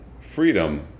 Freedom